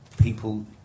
people